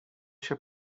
się